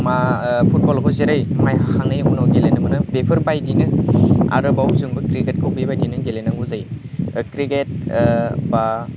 मा फुटबलखौ जेरै माइ हाखांनायनि उनाव गेलेनो मोनो बेफोरबायदिनो आरोबाव जों क्रिकेटखौ बेबायदिनो गेलेनांगौ जायो दा क्रिकेट बा